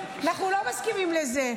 אז אני לא מסכים עם האירוע הזה.